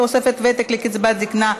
תוספת ותק לקצבת זקנה),